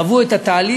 קבעו את התהליך,